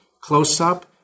close-up